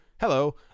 hello